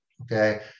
Okay